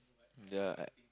the